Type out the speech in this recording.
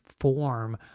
form